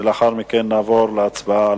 ולאחר מכן נעבור להצבעה.